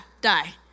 die